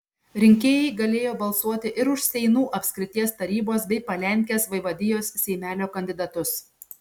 rinkėjai galėjo balsuoti ir už seinų apskrities tarybos bei palenkės vaivadijos seimelio kandidatus